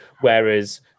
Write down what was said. Whereas